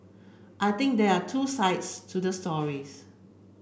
I think there are two sides to the stories